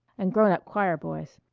and grown-up choirboys.